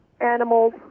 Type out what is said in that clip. animals